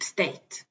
State